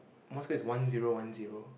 Morse code is one zero one zero